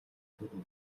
төрнө